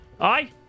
Aye